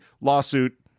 lawsuit